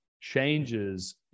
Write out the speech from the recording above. changes